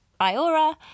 Iora